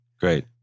Great